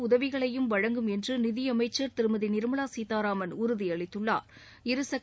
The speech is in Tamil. உதவிகளையும் வழங்கும் என்று நிதியமைச்சா் திருமதி நிாமலா சீதாராமன் உறுதியளித்துள்ளாா்